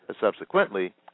Subsequently